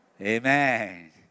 Amen